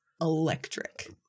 electric